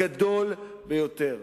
הגדול ביותר.